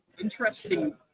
interesting